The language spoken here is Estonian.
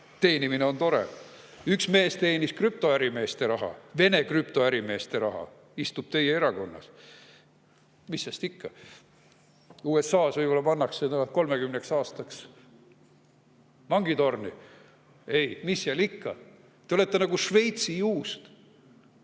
teenimine on tore. Üks mees teenis krüptoärimeeste raha, Vene krüptoärimeeste raha – istub teie erakonnas. Mis sest ikka! USA-s võib-olla pandaks ta 30 aastaks vangitorni. Mis seal ikka! Te olete nagu Šveitsi juust.